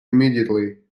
immediately